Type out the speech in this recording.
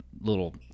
little